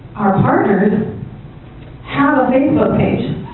our partners have a facebook page.